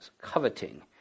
coveting